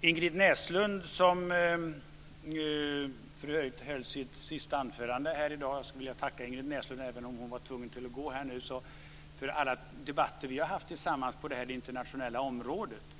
Ingrid Näslund höll sitt sista anförande i kammaren i dag. Även om hon var tvungen att gå skulle jag vilja tacka henne för alla debatter vi har haft på det internationella området.